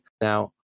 now